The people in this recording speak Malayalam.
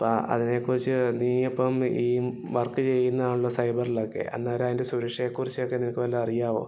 അപ്പം അ അതിനെക്കുറിച്ച് നീ അപ്പം ഈ വർക്ക് ചെയ്യുന്നതാണല്ലൊ സൈബർലൊക്കെ അന്നേരം അതിന്റെ സുരക്ഷയെക്കുറിച്ചൊക്കെ നിനക്ക് വല്ലതും അറിയാവോ